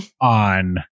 on